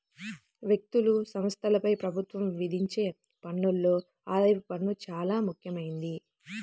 వ్యక్తులు, సంస్థలపై ప్రభుత్వం విధించే పన్నుల్లో ఆదాయపు పన్ను చానా ముఖ్యమైంది